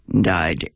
died